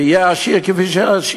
עשיר כפי שיהיה,